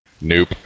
Nope